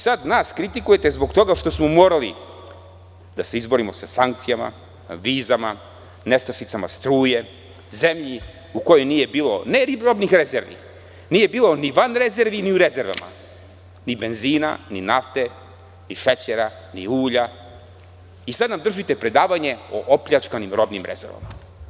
Sada nas kritikujete zbog toga što smo morali da se izborimo sa sankcijama, vizama, nestašicama struje, zemlji u kojoj nije bilo robnih rezervi, nije bilo ni van rezervi, ni u rezervama, ni benzina, ni nafte, ni šećera, ni ulja i sada nam držite predavanje o opljačkanim rezervama.